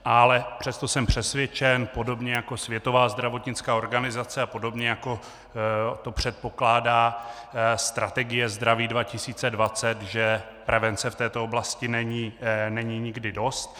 Ale přesto jsem přesvědčen podobně jako Světová zdravotnická organizace a podobně, jako to předpokládá strategie Zdraví 2020, že prevence v této oblasti není nikdy dost.